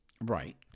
Right